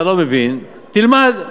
אתה לא מבין, תלמד.